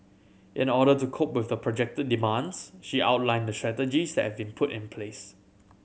in order to cope with the projected demands she outlined the strategies that have been put in place